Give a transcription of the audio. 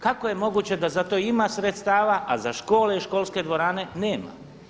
Kako je moguće da za to ima sredstava a za škole i školske dvorane nema?